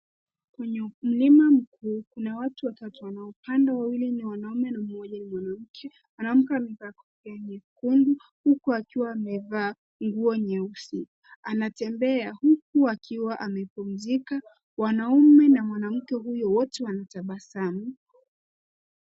Kwenye mlima mkuu kuna watu watatu wanaopanda; wanaume wawili na mmoja ni mwanamke amevaa kofia nyekundu, huku akiwa amevaa nguo nyeusi. Anatembea huku akiwa amepumzika. Wanaume na mwanamke huyu wote wanatabasamu.